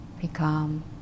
become